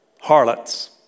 harlots